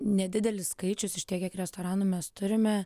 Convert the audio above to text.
nedidelis skaičius iš tiek kiek restoranų mes turime